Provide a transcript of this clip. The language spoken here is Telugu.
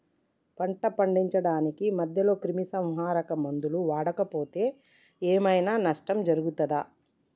పంట పండించడానికి మధ్యలో క్రిమిసంహరక మందులు వాడకపోతే ఏం ఐనా నష్టం జరుగుతదా?